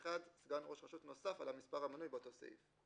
15א1 סגן ראש רשות נוסף על המספר המנוי באותו סעיף.